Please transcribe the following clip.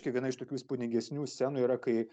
kiekviena iš tokių įspūdingesnių scenų yra kai